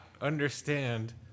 understand